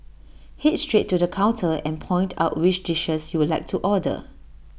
Head straight to the counter and point out which dishes you'd like to order